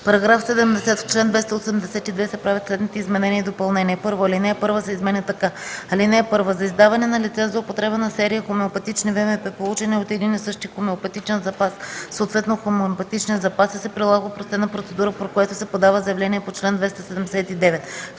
§ 70: „§ 70. В чл. 282 се правят следните изменения и допълнения: 1. Алинея 1 се изменя така: „(1) За издаване на лиценз за употреба на серия хомеопатични ВМП, получени от един и същи хомеопатичен запас, съответно хомеопатични запаси, се прилага опростена процедура, при която се подава заявление по чл. 279.”.